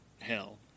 hell